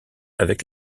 avec